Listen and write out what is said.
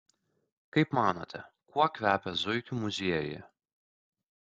kaip manote kuo kvepia zuikių muziejuje